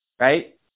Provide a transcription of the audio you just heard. Right